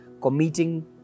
committing